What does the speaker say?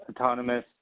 autonomous